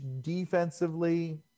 defensively